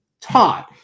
taught